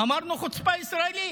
אמרנו חוצפה ישראלית?